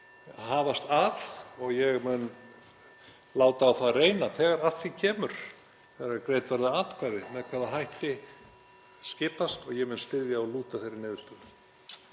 hafast að, ég mun láta á það reyna þegar að því kemur, þegar greidd verða atkvæði með hvaða hætti það skipast og ég mun styðja og lúta þeirri niðurstöðu.